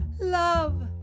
love